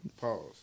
Pause